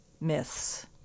myths